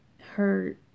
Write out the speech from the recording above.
her-